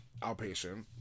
Outpatient